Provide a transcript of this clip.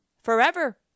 forever